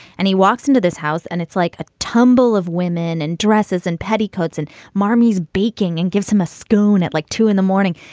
and he walks into this house and it's like a tumble of women and dresses and petticoats and mommy's baking and gives him a schoon at like two zero in the morning.